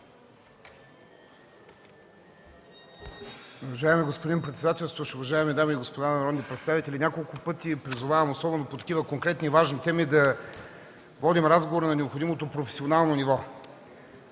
Уважаеми господин председател, уважаеми дами и господа народни представители! Няколко пъти призовавам, особено по такива конкретни и важни теми, да водим разговор на необходимото професионално ниво.